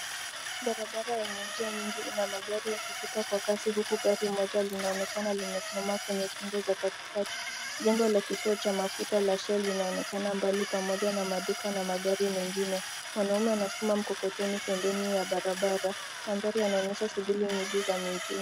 Barabara yenye njia nyingi ina magari yakipita kwa kasi huku kuna gari moja linaonekana limesimama kwenye kingo za katikati. Jengo la kituo cha mafuta la shell linaonekana mbali pamoja na maduka na magari mengine. Mwanaume anasukuma mkokoteni pembeni ya barabara. Mandhari yanaonyesha shughuli nyingi za mijini.